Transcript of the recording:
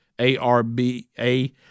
A-R-B-A